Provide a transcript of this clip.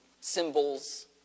symbols